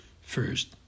First